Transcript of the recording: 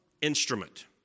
instrument